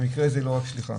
במקרה הזה היא לא רק שליחה.